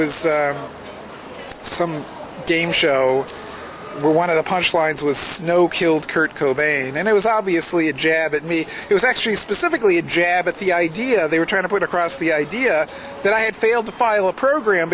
was some game show where one of the punch lines was snow killed kurt cobain and it was obviously a jab at me it was actually specifically a jab at the idea they were trying to put across the idea that i had failed to file a program